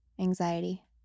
anxiety